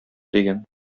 дигән